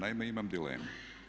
Naime imam dilemu.